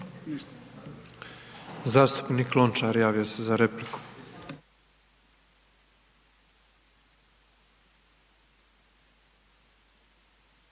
Zastupnik Lončar javio se za repliku.